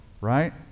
right